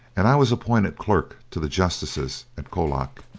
and i was appointed clerk to the justices at colac.